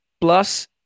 plus